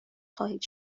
خواهید